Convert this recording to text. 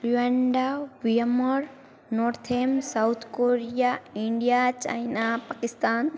પ્રુએન્ડા વિયામડ નોર્થ એમ south Korea India China Pakistan